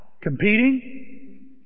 Competing